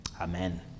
amen